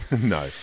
No